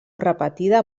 repetida